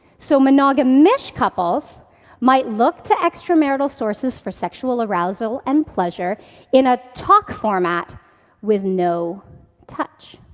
so monogamish couples might look to extramarital sources for sexual arousal and pleasure in a talk format with no touch.